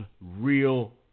real